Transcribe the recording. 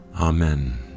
Amen